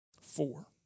Four